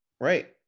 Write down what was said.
Right